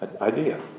Idea